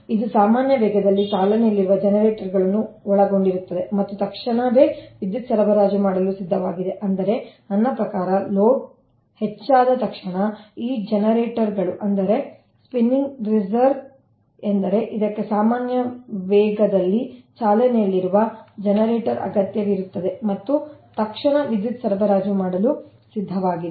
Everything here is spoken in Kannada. ಇದು ಸಾಮಾನ್ಯ ವೇಗದಲ್ಲಿ ಚಾಲನೆಯಲ್ಲಿರುವ ಜನರೇಟರ್ಗಳನ್ನು ಒಳಗೊಂಡಿರುತ್ತದೆ ಮತ್ತು ತಕ್ಷಣವೇ ವಿದ್ಯುತ್ ಸರಬರಾಜು ಮಾಡಲು ಸಿದ್ಧವಾಗಿದೆ ಅಂದರೆ ನನ್ನ ಪ್ರಕಾರ ಲೋಡ್ ಹೆಚ್ಚಾದ ತಕ್ಷಣ ಈ ಜನರೇಟರ್ಗಳು ಅಂದರೆ ಸ್ಪಿನ್ನಿಂಗ್ ರಿಸರ್ವ್ ಎಂದರೆ ಇದಕ್ಕೆ ಸಾಮಾನ್ಯ ವೇಗದಲ್ಲಿ ಚಾಲನೆಯಲ್ಲಿರುವ ಜನರೇಟರ್ ಅಗತ್ಯವಿರುತ್ತದೆ ಮತ್ತು ತಕ್ಷಣ ವಿದ್ಯುತ್ ಸರಬರಾಜು ಮಾಡಲು ಸಿದ್ಧವಾಗಿದೆ